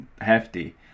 hefty